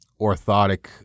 orthotic